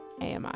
AMI